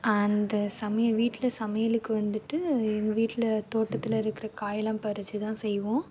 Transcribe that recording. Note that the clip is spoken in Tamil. அந்த சமை வீட்டில் சமையலுக்கு வந்துட்டு எங்கள் வீட்டில் தோட்டத்திலருக்க காயெல்லாம் பறித்து தான் செய்வோம்